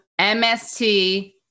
MST